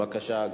בבקשה,